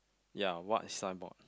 ya what sign board